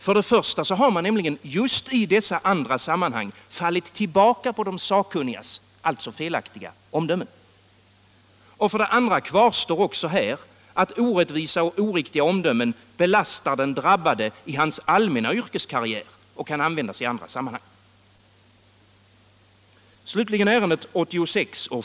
För det första har man nämligen just i dessa andra sammanhang fallit tillbaka på de sakkunnigas — alltså felaktiga - omdömen. För det andra kvarstår också här att orättvisa och oriktiga omdömen belastar den drabbade i hans allmänna yrkeskarriär och kan användas i andra sammanhang.